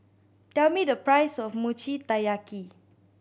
tell me the price of Mochi Taiyaki